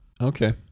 okay